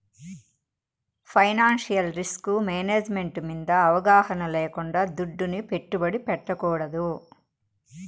financial risk management మింద అవగాహన లేకుండా దుడ్డుని పెట్టుబడి పెట్టకూడదు